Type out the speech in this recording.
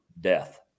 death